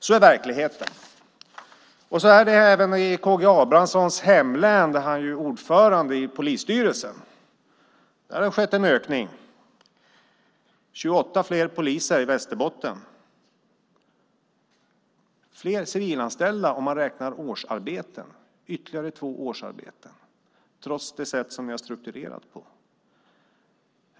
Så är verkligheten, och så är det även i K G Abramssons hemlän, där han ju är ordförande i polisstyrelsen. Där har det skett en ökning. Det är 28 fler poliser i Västerbotten liksom fler civilanställda om man räknar årsarbeten, det vill säga ytterligare två årsarbeten, trots det sätt vi strukturerat dem på.